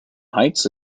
heights